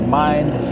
mind